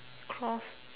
cloth